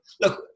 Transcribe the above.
look